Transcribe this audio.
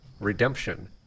redemption